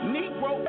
Negro